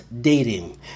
dating